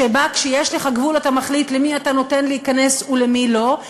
שבה כשיש לך גבול אתה מחליט למי אתה נותן להיכנס ולמי לא,